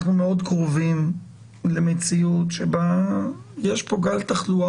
אנחנו מאוד קרובים למציאות בה יש כאן גל תחלואה